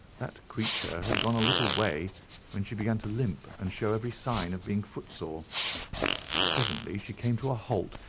that creature had gone a little way when she began to limp and show every sign of being foot-sore presently she came to a halt,